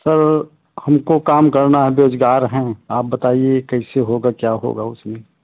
sir हमको काम करना है बेरोज़गार हैं आप बताइए कैसे होगा क्या होगा उसमें